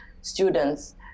students